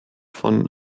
von